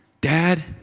Dad